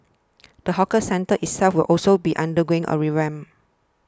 the hawker centre itself will also be undergoing a revamp